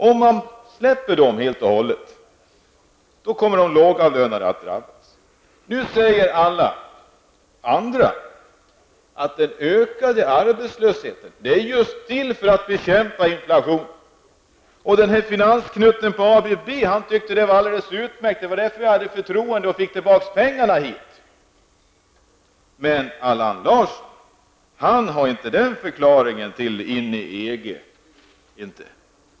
Om man gör det kommer de lågavlönade att drabbas. Nu säger alla andra att den ökade arbetslösheten är till just för att bekämpa inflationen. Finansknutten på ABB tyckte att det var alldeles utmärkt -- det var därför vi hade vunnit förtroende och fick tillbaka pengarna hit. Men Allan Larsson har inte den förklaringen till att vi skall in i EG.